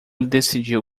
decidiu